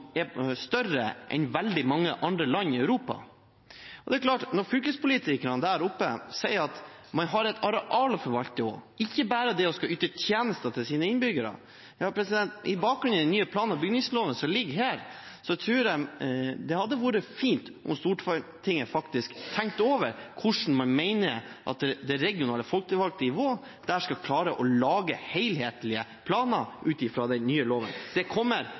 er større enn veldig mange land i Europa. Når fylkespolitikerne der oppe sier at man har et areal å forvalte og ikke bare skal yte tjenester til sine innbyggere, tror jeg – med bakgrunn i den nye plan- og bygningsloven, som foreligger her – det hadde vært fint om Stortinget tenkte over hvordan det regionale folkevalgte nivået der skal klare å lage helhetlige planer ut fra den nye loven. Det kommer